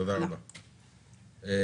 יש